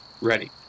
ready